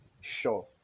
sure